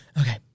Okay